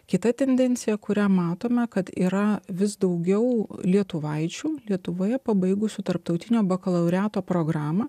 kita tendencija kurią matome kad yra vis daugiau lietuvaičių lietuvoje pabaigusių tarptautinio bakalaureato programą